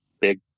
big